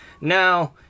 Now